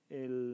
el